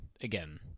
Again